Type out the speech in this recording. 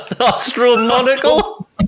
Astronomical